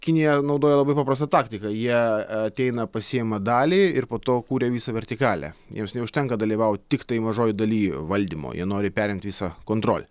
kinija naudoja labai paprastą taktiką jie ateina pasiima dalį ir po to kuria visą vertikalę jiems neužtenka dalyvaut tiktai mažoj daly valdymo jie nori perimti visą kontrolę